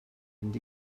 fynd